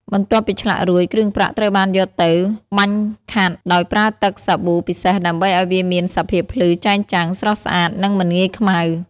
បន្ទាប់ពីឆ្លាក់រួច គ្រឿងប្រាក់ត្រូវបានយកទៅ បាញ់ខាត់ ដោយប្រើទឹកសាប៊ូពិសេសដើម្បីឱ្យវាមានសភាពភ្លឺចែងចាំង ស្រស់ស្អាត និងមិនងាយខ្មៅ។